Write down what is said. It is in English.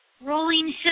rolling